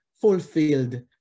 fulfilled